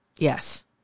Yes